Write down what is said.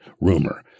rumor